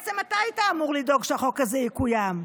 בעצם אתה היית אמור לדאוג שהחוק הזה יקוים.